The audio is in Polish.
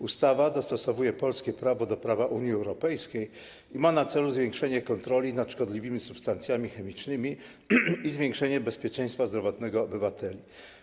Ustawa dostosowuje polskie prawo do prawa Unii Europejskiej i ma na celu zwiększenie kontroli nad szkodliwymi substancjami chemicznymi i zwiększenie bezpieczeństwa zdrowotnego obywateli.